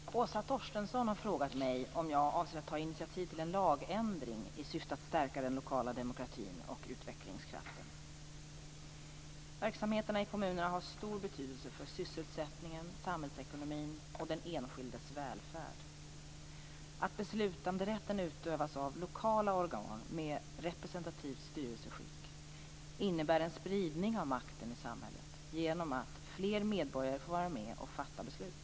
Fru talman! Åsa Torstensson har frågat mig om jag avser att ta initiativ till en lagändring i syfte att stärka den lokala demokratin och utvecklingskraften. Verksamheterna i kommunerna har stor betydelse för sysselsättningen, samhällsekonomin och den enskildes välfärd. Att beslutanderätten utövas av lokala organ med representativt styrelseskick innebär en spridning av makten i samhället genom att fler medborgare får vara med och fatta beslut.